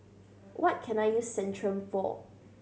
what can I use Centrum for